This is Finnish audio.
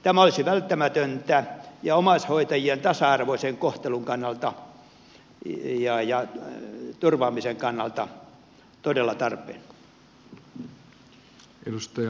tämä olisi välttämätöntä ja omaishoitajien tasa arvoisen kohtelun kannalta ja turvaamisen kannalta todella tarpeen